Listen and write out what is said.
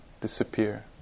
disappear